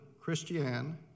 Christiane